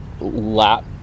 lap